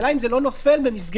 זה לא ריאלי.